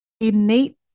innate